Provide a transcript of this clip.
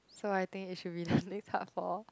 so I think it should be the next hub for